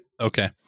okay